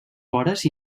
vores